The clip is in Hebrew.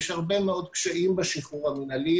יש הרבה מאוד קשיים בשחרור המינהלי,